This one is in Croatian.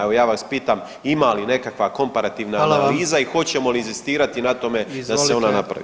Evo ja vas pitam ima li nekakva komparativna analiza [[Upadica predsjednik: Hvala vam.]] i hoćemo li inzistirati na tome da se o na napravi?